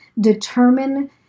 determine